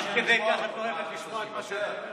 עד כדי כך את לא אוהבת לשמוע את מה שאני אומר?